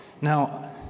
Now